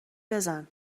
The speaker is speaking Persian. بزن